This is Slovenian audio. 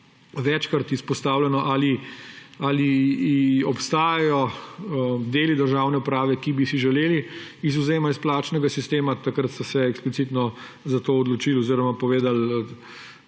večkrat izpostavljeno, ali obstajajo deli državne uprave, ki bi si želeli izvzema iz plačnega sistema. Takrat so se eksplicitno za to odločili oziroma povedali